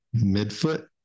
midfoot